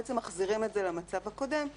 בעצם מחזירים את זה למצב הקודם,